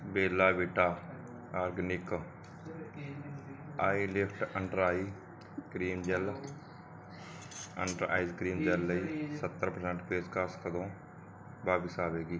ਬੇਲਾ Vita organic eye lift under eye cream gel under eyes cream gel ਲਈ ਸੱਤਰ percent ਪੇਸ਼ਕਸ਼ ਕਦੋਂ ਵਾਪਸ ਆਵੇਗੀ